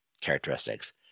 characteristics